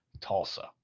Tulsa